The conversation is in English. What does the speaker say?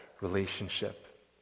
relationship